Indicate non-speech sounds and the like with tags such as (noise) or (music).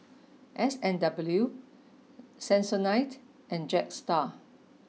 (noise) S and W (noise) Sensodyne and Jetstar